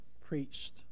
preached